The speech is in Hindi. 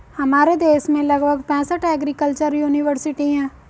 हमारे देश में लगभग पैंसठ एग्रीकल्चर युनिवर्सिटी है